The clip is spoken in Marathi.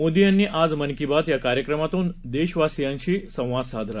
मोदी यांनी आज मन की बात या कार्यक्रमातून देशवासीयांशी संवाद साधला